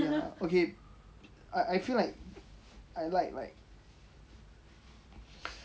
ya okay I feel like I like mm